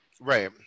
Right